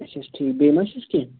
اَچھا حظ ٹھیٖک بیٚیہِ ما چھُس کیٚنٛہہ